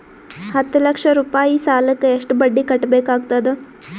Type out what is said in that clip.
ಹತ್ತ ಲಕ್ಷ ರೂಪಾಯಿ ಸಾಲಕ್ಕ ಎಷ್ಟ ಬಡ್ಡಿ ಕಟ್ಟಬೇಕಾಗತದ?